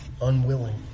unwilling